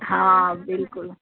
હા બિલ્કુલ